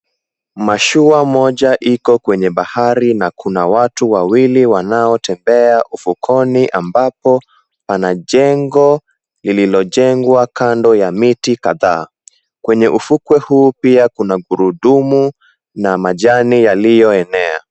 Mashua moja iko kwenye bahari na kuna watu wawili wanaotembea ufukoni ambapo pana jengo lililojengwa kando ya miti kadhaa. Kwenye ufukwe huu pia kuna gurudumu na majani yalioenea.